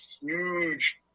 huge